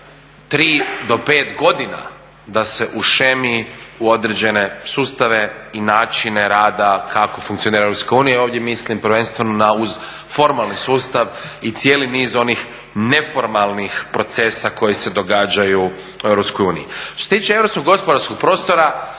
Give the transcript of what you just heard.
3 do 5 godina da se ušemi u određene sustave i načine rada kako funkcionira EU, ovdje mislim prvenstveno na formalni sustav i cijeli niz onih neformalnih procesa koji se događaju u EU. Što se tiče Europskog gospodarskog prostora,